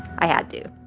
i had to